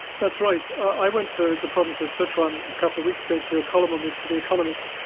that's right. i went to the province of sichuan a couple of weeks ago to do a column on this for the economist,